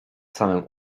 samym